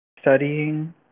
studying